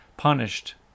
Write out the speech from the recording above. punished